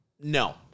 no